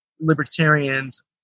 libertarians